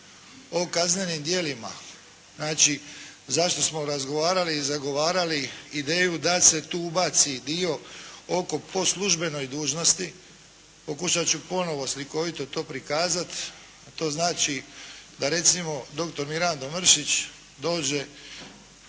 o kaznenim djelima, znači zašto smo razgovarali i zagovarali ideju da se tu ubaci dio po službenoj dužnosti, pokušati ću ponovo slikovito to prikazati, a to znači da recimo dr. Mirando Mrsić dođe